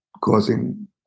causing